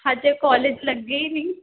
ਹਜੇ ਕੋਲੇਜ ਲੱਗੇ ਨਹੀਂ